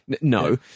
No